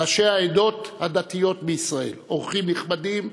ראשי העדות הדתיות בישראל, אורחים נכבדים,